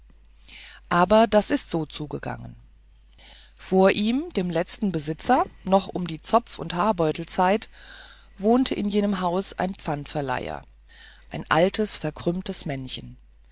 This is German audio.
aber ist so zugegangen vor ihm dem letzten besitzer noch um die zopf und haarbeutelzeit wohnte in jenem haus ein pfandverleiher ein altes verkrümmtes männchen